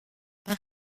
pas